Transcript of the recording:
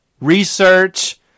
Research